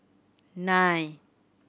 nine